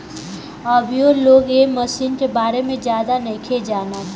अभीयो लोग ए मशीन के बारे में ज्यादे नाइखे जानत